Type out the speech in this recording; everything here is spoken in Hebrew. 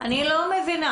אני לא מבינה,